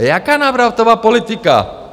Jaká návratová politika?